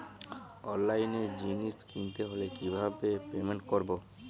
অনলাইনে জিনিস কিনতে হলে কিভাবে পেমেন্ট করবো?